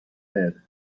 head